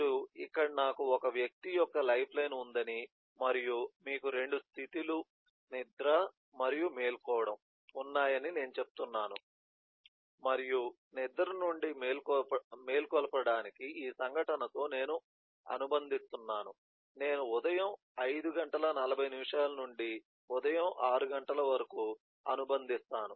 మీరు ఇక్కడ నాకు ఒక వ్యక్తి యొక్క లైఫ్లైన్ ఉందని మరియు మీకు 2 స్థితి లు నిద్ర మరియు మేల్కోవడం ఉన్నాయని నేను చెప్తున్నాను మరియు నిద్ర నుండి మేల్కొలపడానికి ఈ సంఘటనతో నేను అనుబంధిస్తున్నాను నేను ఉదయం 540 నుండి ఉదయం 6 గంటల వరకు అనుబంధిస్తాను